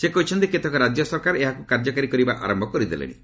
ସେ କହିଛନ୍ତି କେତେକ ରାଜ୍ୟ ସରକାର ଏହାକୁ କାର୍ଯ୍ୟକାରୀ କରିବା ଆରମ୍ଭ କରିଦେଲେଣି